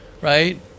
right